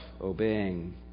obeying